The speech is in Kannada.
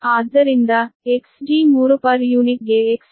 ಆದ್ದರಿಂದ ಪರ್ ಯೂನಿಟ್ ಗೆ ಇರುತ್ತದೆ